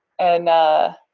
and ah,